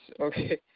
okay